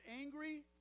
angry